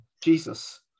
Jesus